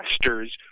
investors